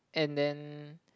and then